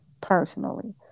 personally